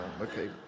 Okay